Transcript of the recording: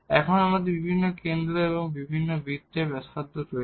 এখানে আমাদের বিভিন্ন কেন্দ্র এবং বিভিন্ন বৃত্তের ব্যাসার্ধ রয়েছে